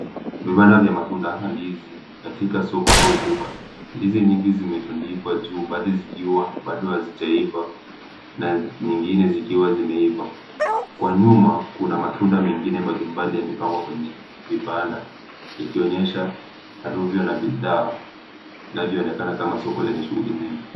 Vibanda vya matunda hasa ndizi katika soko au duka. Ndizi nyingi zimetundikwa juu, baadhi zikiwa bado hazijaiva na nyengine zikiwa zimeiva. Kwa nyuma kuna matunda mengine mbalimbali yamepangwa kwenye vibanda, likionyesha arudhi la bidhaa inavyoonekana kama soko lenye shughuli nyingi.